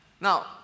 Now